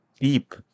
deep